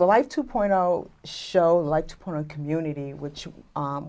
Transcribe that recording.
the life two point zero show like to put a community which